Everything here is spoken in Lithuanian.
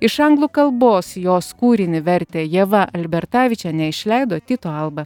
iš anglų kalbos jos kūrinį vertė ieva albertavičienė išleido tyto alba